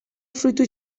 fruitu